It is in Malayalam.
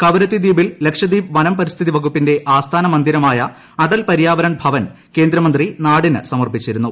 കവരത്തി ദ്വീപിൽ ലക്ഷദ്വീപ് വനം പരിസ്ഥിതി ്വകുപ്പിന്റെ ആസ്ഥാന മന്ദിരമായ അടൽ പരിയാവരൺ ഭവൻ കേന്ദ്രമന്ത്രി നാടിന് സമർപ്പിച്ചിരുന്നു